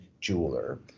jeweler